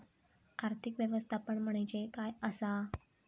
आर्थिक व्यवस्थापन म्हणजे काय असा?